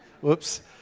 whoops